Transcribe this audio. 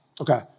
Okay